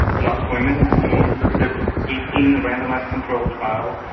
a lot of women. we looked at eighteen randomised controlled trials,